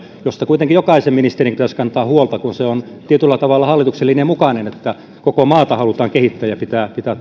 josta kuitenkin jokaisen ministerin pitäisi kantaa huolta kun se on tietyllä tavalla hallituksen linjan mukaista että koko maata halutaan kehittää ja pitää